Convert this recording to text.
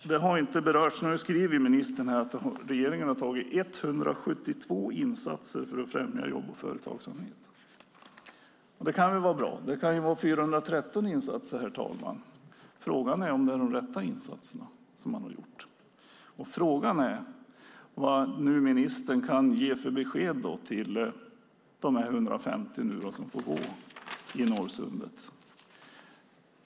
Ministern skriver i svaret att regeringen gjort 172 insatser för att främja jobb och företagsamhet. Det kan väl vara bra. Det kan vara 413 insatser, herr talman, men frågan är om det är de rätta insatserna som gjorts. Frågan är också vilket besked ministern kan ge till de 150 i Norrsundet som nu får gå.